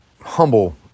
humble